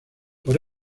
por